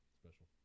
special